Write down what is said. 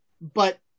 but-